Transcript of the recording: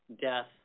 death